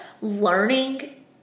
learning